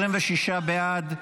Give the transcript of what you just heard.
26 בעד,